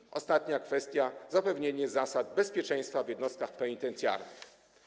I ostatnia kwestia, zapewnienie zasad bezpieczeństwa w jednostkach penitencjarnych.